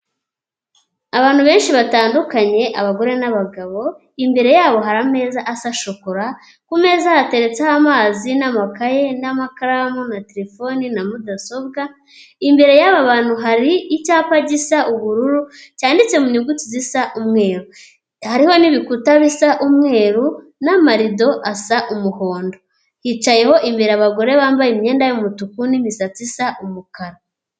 Abantu benshi batandukanye ,abagore n'abagabo ,imbere yabo hari ameza asa shokora. Ku meza hateretseho amazi, n'amakayi ,n'amakaramu na terefone na mudasobwa. Imbere y 'aba bantu hari icyapa gisa ubururu cyanditse mu nyuguti zisa umweru .Hariho n'ibikuta bisa umweru n'amarido asa umuhondo . Hicayeho imbere abagore bambaye imyenda y'umutuku n'misatsi isa umukara.